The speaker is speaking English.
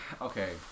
okay